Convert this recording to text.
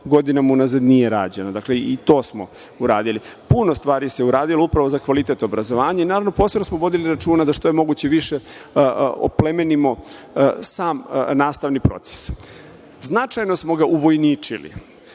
godinama u nazad nije rađeno i to smo uradili. Puno stvari se uradilo, upravo za kvalitet obrazovanja i naravno, posebno smo vodili računa da što je moguće više oplemenimo sam nastavni proces. Značajno smo ga uvojničili.